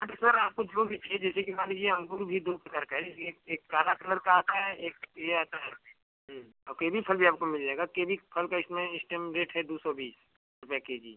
हाँ तो सर आपको जो भी चाहिए जैसे कि मान लीजिए अँगूर भी दो प्रकार का है जैसे एक एक काला कलर का आता है एक ये आता है और केवी फल भी आपको मिल जाएगा केवी फल का इसमें इस टैम रेट है दो सौ बीस रुपये के जी